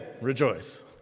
rejoice